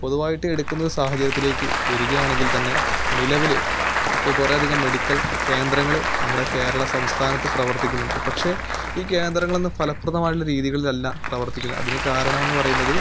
പൊതുവായിട്ട് എടുക്കുന്ന സാഹചര്യത്തിലേക്ക് വരികയാണെങ്കിൽ തന്നെ നിലവിൽ ഇപ്പം കുറേയധികം മെഡിക്കൽ കേന്ദ്രങ്ങൾ നമ്മുടെ കേരള സംസ്ഥാനത്ത് പ്രവർത്തിക്കുന്നുണ്ട് പക്ഷേ ഈ കേന്ദ്രങ്ങളൊന്നും ഫലപ്രദമായിട്ടുള്ള രീതികളിൽ അല്ല പ്രവർത്തിക്കുന്നത് അതിന് കാരണം എന്ന് പറയുന്നത്